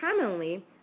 commonly